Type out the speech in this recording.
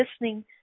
listening